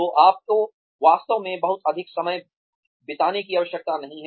तो आपको वास्तव में बहुत अधिक समय बिताने की आवश्यकता नहीं है